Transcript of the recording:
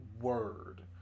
word